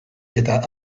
eta